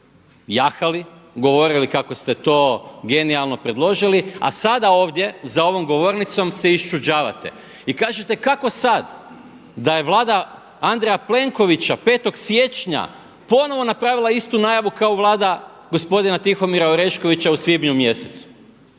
jahali, govorili kako ste to genijalno predložili a sada ovdje za ovom govornicom se iščuđavate i kažete kako sad da je Vlada Andreja Plenkovića 5. siječnja ponovno napravila istu najavu kao Vlada gospodina Tihomira Oreškovića u svibnju mjesecu.